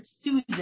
Susan